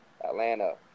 Atlanta